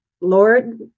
Lord